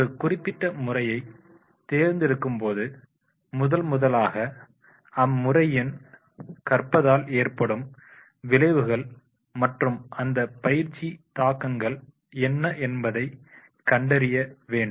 ஒரு குறிப்பிட்ட முறையை தேர்ந்தெடுக்கும்போது முதன்முதலாக அம்முறையில் கற்பதால் ஏற்படும் விளைவுகள் மற்றும் அந்த பயிற்சி தாக்கங்கள் என்ன என்பதை கண்டறிய வேண்டும்